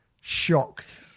shocked